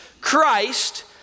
Christ